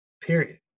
period